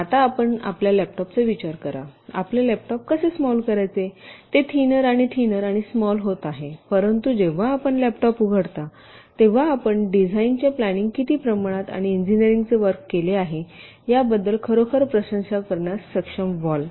आता आपण आमच्या लॅपटॉपचा विचार करा आपले लॅपटॉप कसे स्माल बनवायचे ते थिनर आणि थिनर आणि स्मालर होत आहे परंतु जेव्हा आपण लॅपटॉप उघडता तेव्हा आपण डिझाइनच्या प्लांनिंग किती प्रमाणात आणि इंजिनिअरिंगचे वर्क केले याबद्दल खरोखर प्रशंसा करण्यास सक्षम व्हाल